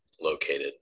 located